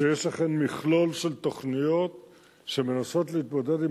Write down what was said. שיש לכם מכלול של תוכניות שמנסות להתמודד עם